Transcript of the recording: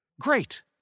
Great